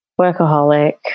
workaholic